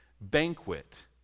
banquet